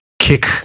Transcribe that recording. kick